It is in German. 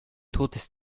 totes